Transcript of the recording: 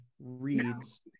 reads